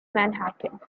manhattan